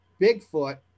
bigfoot